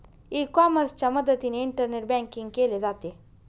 E कॉमर्सच्या मदतीने internet banking केले जाते